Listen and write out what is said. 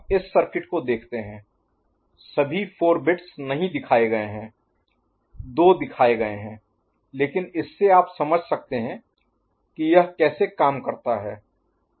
तो हम इस सर्किट को देखते हैं सभी 4 बिट्स नहीं दिखाए गए हैं दो दिखाए गए हैं लेकिन इससे आप समझ सकते हैं कि यह कैसे काम करता है